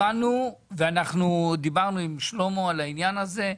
הבנו ואנחנו דיברנו עם שלמה על העניין הזה,